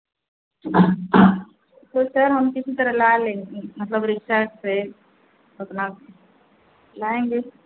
तो सर हम किसी तरह ला लेंगे मतलब रिक्शा से अपना लाएँगे